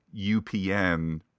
upn